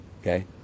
Okay